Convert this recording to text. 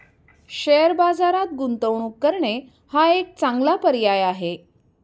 share बाजारात गुंतवणूक करणे हा एक चांगला पर्याय आहे